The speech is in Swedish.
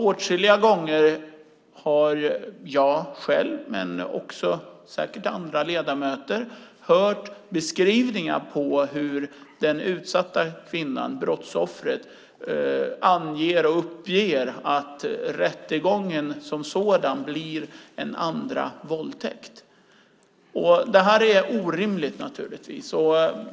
Åtskilliga gånger har jag, och säkert andra ledamöter, hört hur den utsatta kvinnan, brottsoffret, uppger att rättegången blir en andra våldtäkt. Det är givetvis orimligt.